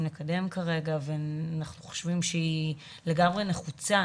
לקדם ואנחנו חושבים שהיא לגמרי נחוצה.